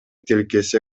тилкеси